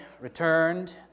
returned